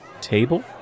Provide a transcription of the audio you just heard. table